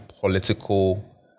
political